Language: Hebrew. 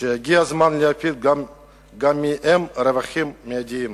שהגיע הזמן להפיק גם מהן רווחים מיידיים.